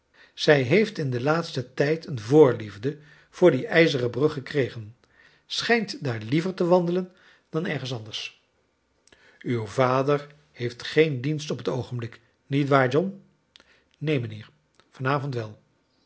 zij heeft in den laatsten tijd eene voorliefde voor die ijzeren brug gekregen schijnt daar liever te wandelen dan ergens anders uw vader heeft geen dienst op het oogenblik nietwaar john neen mijnheer vanavond